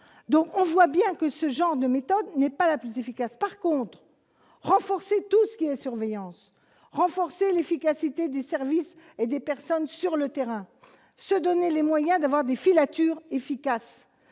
donc on voit bien que ce genre de méthode n'est pas la plus efficace, par contre renforcer tout ce qui est surveillance renforcée, l'efficacité des services et des personnes sur le terrain, se donner les moyens d'avoir des filatures efficace,